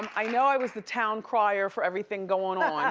i know i was the town crier for everything going on,